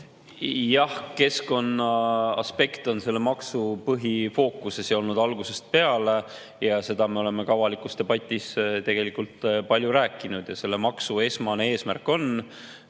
Jah, keskkonnaaspekt on selle maksu põhifookuses olnud algusest peale ja sellest me oleme ka avalikus debatis palju rääkinud. Selle maksu esmane eesmärk on